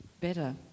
better